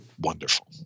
wonderful